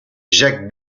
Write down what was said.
jacques